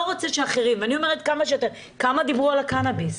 רוצה שאחרים --- כמה דיברו על הקנביס?